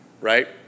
right